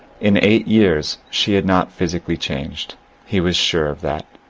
in eight years she had not physically changed he was sure of that.